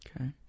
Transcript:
Okay